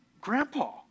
grandpa